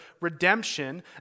redemption